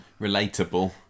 relatable